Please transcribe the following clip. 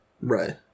right